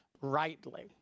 rightly